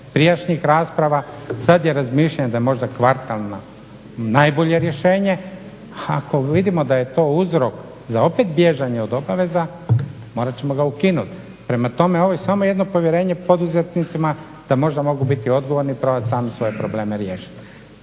prijašnjih rasprava. Sad je razmišljanje da je možda kvartalna najbolje rješenje, a ako vidimo da je to uzrok za opet bježanje od obaveza morat ćemo ga ukinut. Prema tome, ovo je samo jedno povjerenje poduzetnicima da možda mogu biti odgovorni i probat sami svoje probleme riješit.